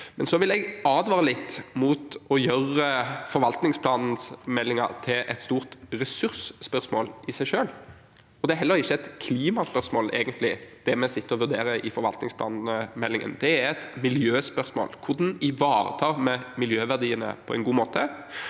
Jeg vil advare litt mot å gjøre forvaltningsplanmeldingen til et stort ressursspørsmål i seg selv. Egentlig er det heller ikke et klimaspørsmål – det vi sitter og vurderer i forvaltningsplanmeldingen. Det er et miljøspørsmål om hvordan vi ivaretar miljøverdiene på en god måte.